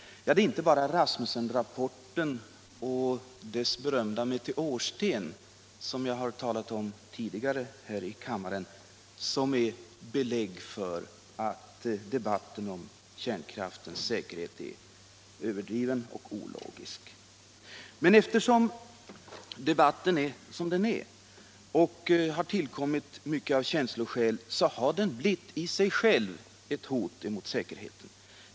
Det är inte bara Rasmussen-rapporten och dess berömda meteorsten, som jag har talat om tidigare här i kammaren, som ger belägg för att debatten om kärnkraftens säkerhet är överdriven och ologisk. Men eftersom debatten är som den är och har tillkommit mycket av känsloskäl, har den i sig själv blivit ett hot mot säkerheten.